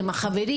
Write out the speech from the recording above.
עם החברים,